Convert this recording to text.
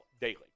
daily